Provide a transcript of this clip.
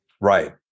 Right